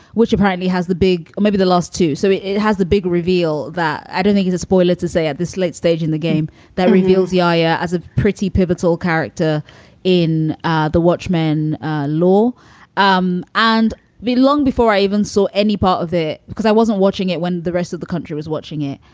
which apparently has the big well, maybe the last two. so it it has the big reveal that i don't think is a spoiler to say at this late stage in the game that reveals yahaya as a pretty pivotal character in ah the watchmen law um and be long before i even saw any part of it because i wasn't watching it when the rest of the country was watching it.